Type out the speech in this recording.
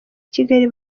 kigali